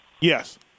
Yes